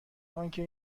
آنکه